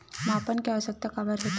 मापन के आवश्कता काबर होथे?